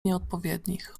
nieodpowiednich